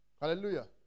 Hallelujah